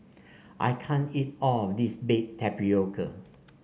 I can't eat all of this Baked Tapioca